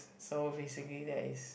so basically that is